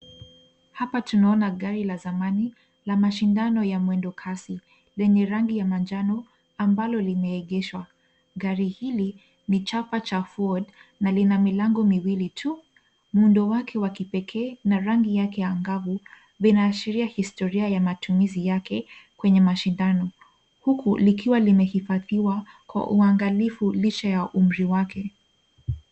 Hapa tunaona gari la zamani la mashindano ya mwendo kasi, lenye ya rangi ya manjano ambalo limeegeshwa. Gari hili ni chapa cha Ford na lina milango miwili tu. Muundo wake wa kipekee na rangi yake angavu, vinaashiria historia ya matumizi yake kwenye mashindano. Huku likiwa limehifadhiwa kwa uangalifu licha ya umri wake.